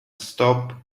stop